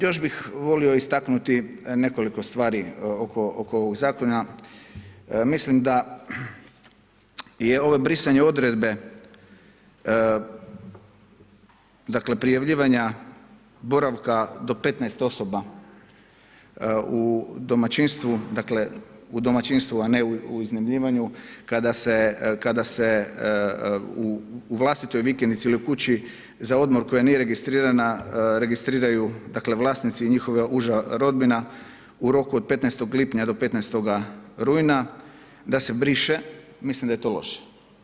Još bih volio istaknuti nekoliko stvari oko ovog zakona, mislim da je ovo brisanje odredbe dakle prijavljivanja boravka do 15 osoba u domaćinstvu, dakle u domaćinstvu a ne u iznajmljivanju kada se u vlastitoj vikendici ili u kući za odmor koja nije registrirana registriraju dakle vlasnici i njihova uža rodbina, u roku od 15. lipnja do 15. rujna, da se briše, mislim da je to loše.